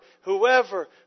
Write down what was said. whoever